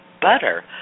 butter